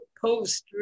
post